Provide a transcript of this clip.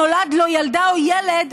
נולד לו ילדה או ילד,